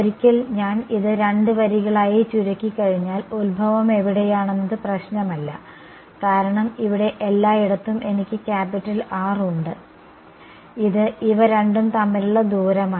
ഒരിക്കൽ ഞാൻ ഇത് രണ്ട് വരികളായി ചുരുക്കിക്കഴിഞ്ഞാൽ ഉത്ഭവം എവിടെയാണെന്നത് പ്രശ്നമല്ല കാരണം ഇവിടെ എല്ലായിടത്തും എനിക്ക് ക്യാപിറ്റൽ R ഉണ്ട് ഇത് ഇവ രണ്ടും തമ്മിലുള്ള ദൂരമാണ്